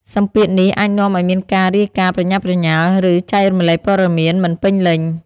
សម្ពាធនេះអាចនាំឱ្យមានការរាយការណ៍ប្រញាប់ប្រញាល់ ឬចែករំលែកព័ត៌មានមិនពេញលេញ។